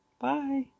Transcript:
Bye